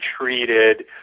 treated